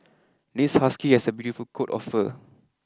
this husky has a beautiful coat of fur